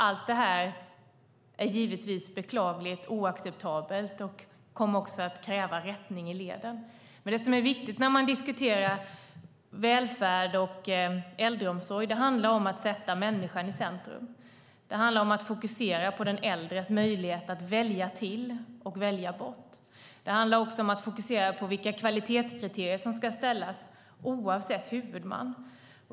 Allt detta är givetvis beklagligt och oacceptabelt och kommer att kräva rättning i leden. När man diskuterar välfärd och äldreomsorg är det viktigt att sätta människan i centrum och fokusera på den äldres möjlighet att välja till och välja bort. Det handlar om att fokusera på vilka kvalitetskriterier som ska ställas oavsett huvudman.